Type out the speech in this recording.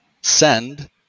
send